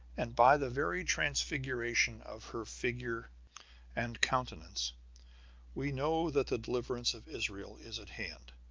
and by the very transfiguration of her figure and countenance we know that the deliverance of israel is at hand.